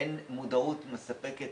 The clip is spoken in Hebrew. אין מודעות מספקת